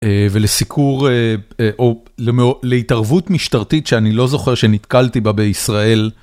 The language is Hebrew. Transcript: ולסיקור או... להתערבות משטרתית שאני לא זוכר שנתקלתי בה בישראל.